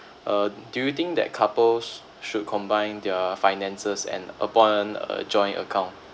uh do you think that couples should combine their finances and open a joint account